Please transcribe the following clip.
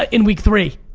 ah in week three.